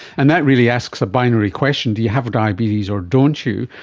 and that really asks a binary question do you have diabetes or don't you?